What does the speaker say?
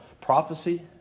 prophecy